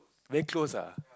very close ah